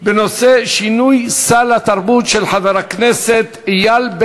אנחנו לא נאפשר לבנייה בלתי חוקית להתקיים בריבונות ישראלית.